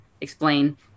explain